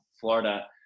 Florida